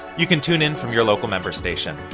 you can tune in from your local member station.